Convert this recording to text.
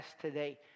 today